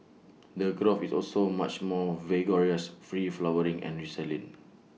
the growth is also much more vigorous free flowering and resilient